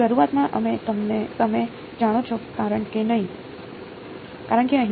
શરૂઆતમાં અમે તમે જાણો છો કારણ કે અહીં